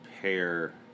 pair